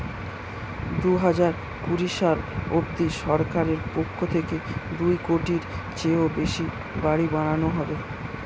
দুহাজার কুড়ি সাল অবধি সরকারের পক্ষ থেকে দুই কোটির চেয়েও বেশি বাড়ি বানানো হবে